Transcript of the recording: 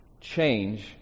change